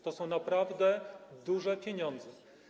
To są naprawdę duże pieniądze.